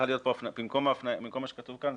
במקום מה שכתוב כאן,